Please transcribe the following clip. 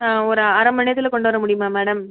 ஆ ஒரு அரை மண்நேரத்தில் கொண்டு வர முடியுமா மேடம்